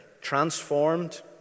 Transformed